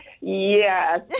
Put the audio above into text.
Yes